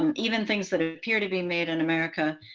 um even things that ah appear to be made in america,